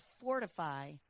fortify